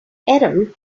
adam